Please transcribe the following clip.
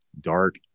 dark